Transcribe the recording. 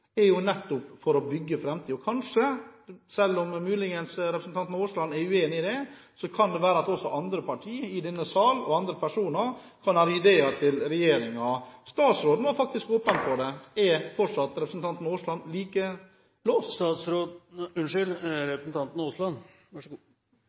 var jo det som derfor var utgangspunktet for en industrimelding – er nettopp det å bygge framtiden. Selv om representanten Aasland muligens er uenig i det, kan det kanskje være at også andre partier i denne sal og andre personer kan ha ideer til regjeringen. Statsråden var faktisk åpen for det. Er representanten Aasland fortsatt like